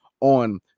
on